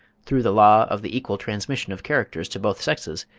through the law of the equal transmission of characters to both sexes,